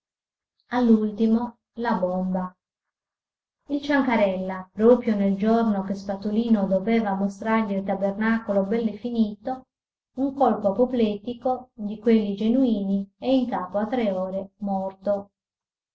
all'ultimo la bomba il ciancarella proprio nel giorno che spatolino doveva mostrargli il tabernacolo bell'e finito un colpo apoplettico di quelli genuini e in capo a tre ore morto